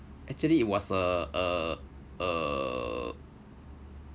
actually it was a a a